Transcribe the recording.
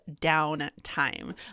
downtime